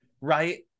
right